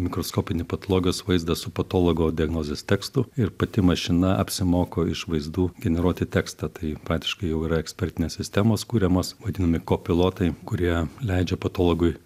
mikroskopinį patologijos vaizdą su patologo diagnozės tekstu ir pati mašina apsimoko iš vaizdų generuoti tekstą tai praktiškai jau yra ekspertinės sistemos kuriamos vadinami ko pilotai kurie leidžia patologui